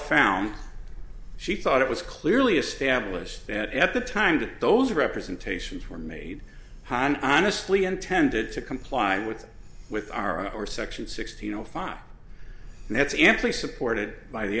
found she thought it was clearly established that at the time to those representations were made honestly intended to comply with with our or section sixteen zero five and that's amply supported by the